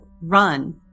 run